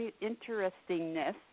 interestingness